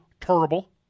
Terrible